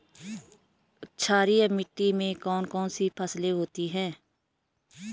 क्षारीय मिट्टी में कौन कौन सी फसलें होती हैं?